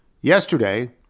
Yesterday